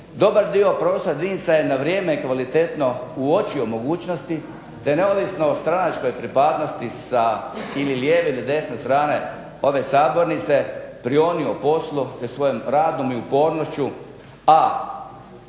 dobar dio prostornih jedinica je na vrijeme i kvalitetno uočio mogućnosti, te je neovisno o stranačkoj pripadnosti sa ili lijeve ili desne strane ove sabornice prionuo poslu, te svojim radom i upornošću